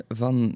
van